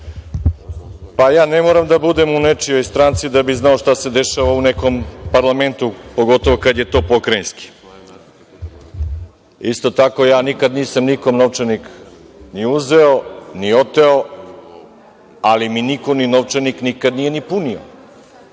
Pa, ja ne moram da budem u nečijoj stranci da bih znao šta se dešava u nekom parlamentu, pogotovo kad je to pokrajinski. Isto tako, ja nikad nisam nikome novčanik ni uzeo, ni oteo, ali mi niko ni novčanik nikad nije ni punio,